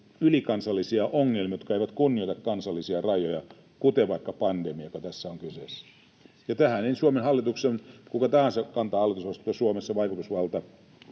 ylikansallisia ongelmia, jotka eivät kunnioita kansallisia rajoja, kuten vaikka pandemia, joka tässä on kyseessä, ja tähän Suomen hallituksen, kuka tahansa kantaa hallitusvastuuta Suomessa, vaikutusvalta